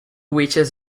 witches